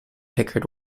picard